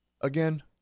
again